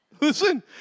Listen